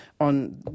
on